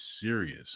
serious